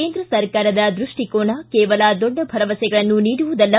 ಕೇಂದ್ರ ಸರ್ಕಾರದ ದೃಷ್ಟಿಕೋನ ಕೇವಲ ದೊಡ್ಡ ಭರವಸೆಗಳನ್ನು ನೀಡುವುದಲ್ಲ